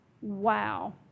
Wow